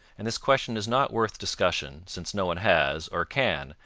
and this question is not worth discussion, since no one has, or can,